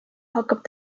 hakkab